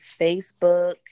facebook